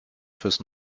fürs